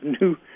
new